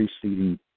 preceding